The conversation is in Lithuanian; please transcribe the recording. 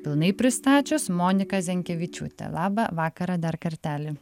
pilnai pristačius monika zenkevičiūtė labą vakarą dar kartelį